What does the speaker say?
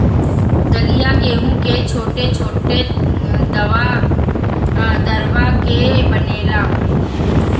दलिया गेंहू के छोट छोट दरवा के बनेला